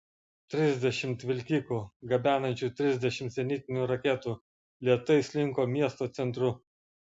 trisdešimt vilkikų gabenančių trisdešimt zenitinių raketų lėtai slinko miesto centru